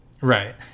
right